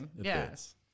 Yes